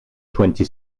twenty